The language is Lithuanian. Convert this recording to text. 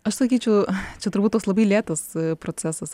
aš sakyčiau čia turbūt toks labai lėtas procesas